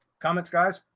comments, guys,